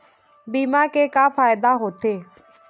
बीमा के का फायदा होते?